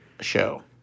show